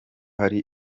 hari